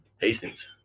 Hastings